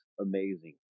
amazing